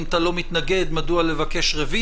אם אתה לא מתנגד, מדוע לבקש רוויזיה?